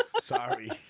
Sorry